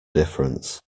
difference